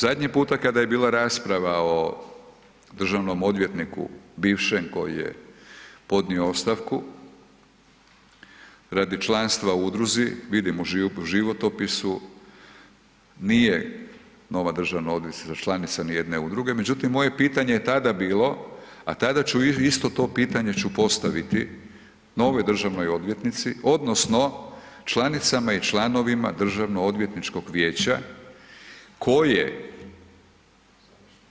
Zadnji puta kada je bila rasprava o državnom odvjetniku bivšem koji je podnio ostavku radi članstva u udruzi, vidim u životopisu nije nova državna odvjetnica članica ni jedne udruge, međutim moje pitanje je tada bilo, a tada ću isto to pitanje ću postaviti novoj državnoj odvjetnici odnosno članicama i članovima Državno-odvjetničkog vijeća koje